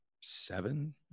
seven